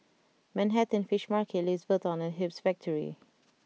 Manhattan Fish Market Louis Vuitton and Hoops Factory